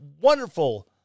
wonderful